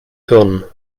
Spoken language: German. hirn